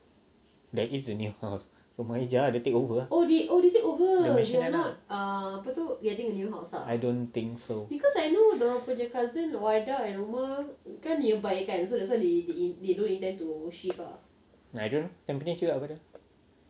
that is a new house for rumah hijau ah they take over ah I don't think so I don't know tampines juga pada